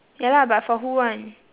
ya lah but for who [one]